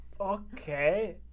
Okay